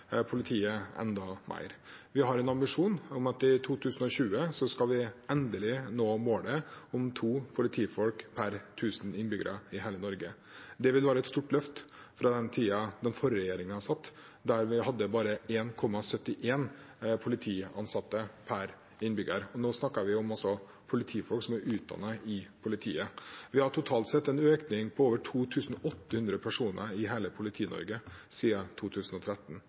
politiet enda mer. Vi har en ambisjon om at i 2020 skal vi endelig nå målet om to politifolk per 1 000 innbyggere i hele Norge. Det vil være et stort løft fra den tiden da den forrige regjeringen satt, da vi bare hadde 1,71 politiansatt per 1 000 innbyggere. Nå snakker vi altså om politifolk som er utdannet i politiet. Vi har totalt sett en økning på over 2 800 personer i hele Politi-Norge siden 2013,